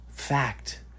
fact